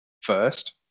first